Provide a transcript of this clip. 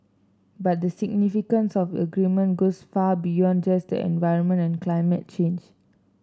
but the significance of agreement goes far beyond just the environment and climate change